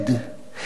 אל תפחד,